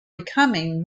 becoming